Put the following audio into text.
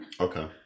okay